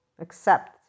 accept